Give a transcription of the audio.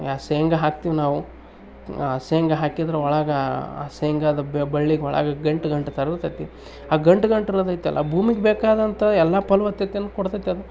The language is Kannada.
ಯಾ ಶೇಂಗಾ ಹಾಕ್ತಿವಿ ನಾವು ಆ ಶೇಂಗಾ ಹಾಕಿದ್ರೆ ಒಳಗೆ ಶೇಂಗಾದ್ ಬಳ್ಳಿಗೆ ಒಳಗೆ ಗಂಟು ಗಂಟು ಥರ ಇರ್ತತಿ ಆ ಗಂಟು ಗಂಟು ಇರೋದೈತಿ ಅಲ್ಲ ಭೂಮಿಗ್ ಬೇಕಾದಂಥ ಎಲ್ಲಾ ಫಲವತ್ತತೆ ಕೊಡ್ತೈತಿ ಅದು